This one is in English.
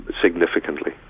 significantly